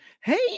Hey